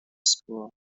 school